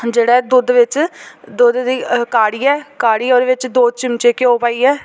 जेह्ड़ा दुद्ध बिच दुद्ध दी घाड़ियै घाड़ियै ओह्दे बिच दो चिम्मचे घ्योऽ पाइयै